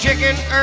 Chicken